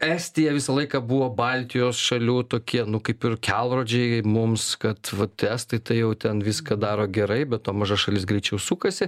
estija visą laiką buvo baltijos šalių tokie nu kaip ir kelrodžiai mums kad va tie estai tai jau ten viską daro gerai be to maža šalis greičiau sukasi